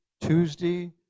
Tuesday